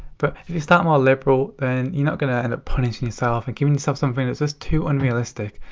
but if you start more liberal, then you're not gonna end up punishing yourself and giving yourself something that's just too unrealistic.